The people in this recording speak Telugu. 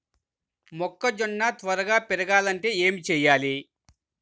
మొక్కజోన్న త్వరగా పెరగాలంటే ఏమి చెయ్యాలి?